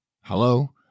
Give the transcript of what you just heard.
hello